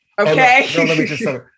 okay